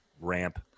ramp